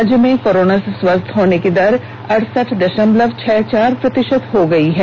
राज्य में कोरोना से स्वस्थ होने की दर अरसठ दषमलव एक एक प्रतिषत हो गई है